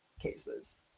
cases